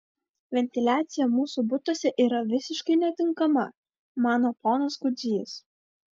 ventiliacija mūsų butuose yra visiškai netinkama mano ponas kudzys